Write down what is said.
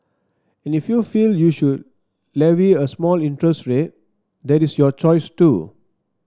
and if you feel you should levy a small interest rate that is your choice too